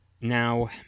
now